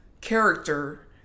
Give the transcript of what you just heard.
character